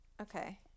okay